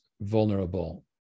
vulnerable